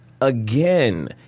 again